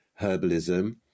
herbalism